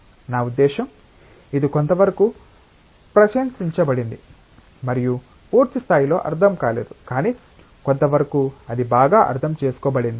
నా ఉద్దేశ్యం ఇది కొంతవరకు ప్రశంసించబడింది మరియు పూర్తి స్థాయిలో అర్థం కాలేదు కానీ కొంతవరకు అది బాగా అర్థం చేసుకోబడింది